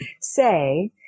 say